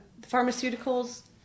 pharmaceuticals